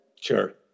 Sure